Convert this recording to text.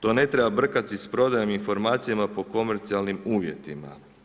To ne treba brkati s prodajom informacijama po komercijalnim uvjetima.